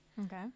Okay